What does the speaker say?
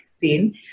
seen